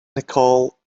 nicole